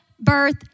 birth